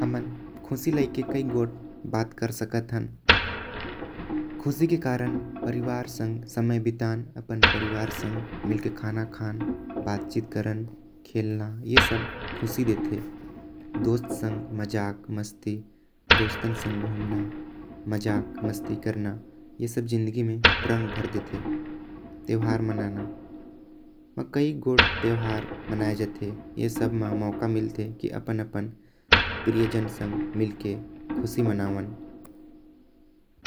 हमन ख़ुशी ले कई गोठ बात कर सकथन। ख़ुशी के कारण परिवार में समय बितान परिवार संग खाना खान बातचीत। करन ऐ सब ख़ुशी देथे दोस्त संग मजाक मस्ती उमन संग घूमना मजाक मस्ती। करना ऐ सब जिंदगी में ख़ुशी भर देथे त्यौहार मनाना कई ठे त्यौहार होथे।